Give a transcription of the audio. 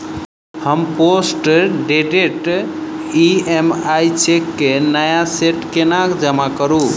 हम postdated EMI cheque केँ नया सेट केना जमा करू?